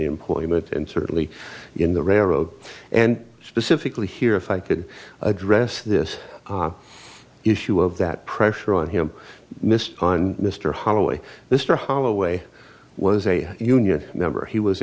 employment and certainly in the railroad and specifically here if i could address this issue of that pressure on him mr on mr holloway mr holloway was a union member he was